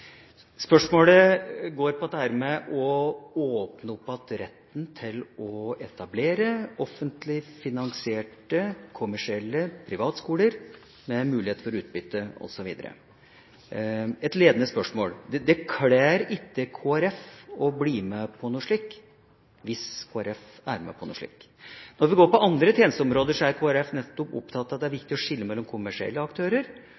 Spørsmålet går på dette med å åpne opp igjen retten til å etablere offentlig finansierte, kommersielle privatskoler med muligheter for utbytte osv. – et ledende spørsmål. Det kler ikke Kristelig Folkeparti å bli med på noe slikt, hvis Kristelig Folkeparti er med på noe slikt? Når vi går på andre tjenesteområder, er Kristelig Folkeparti nettopp opptatt av at det er viktig å skille mellom kommersielle aktører